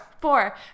four